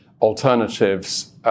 alternatives